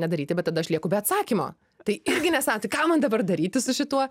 nedaryti bet tada aš lieku be atsakymo tai irgi nesą tai ką man dabar daryti su šituo